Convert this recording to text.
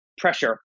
pressure